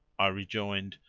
i rejoined,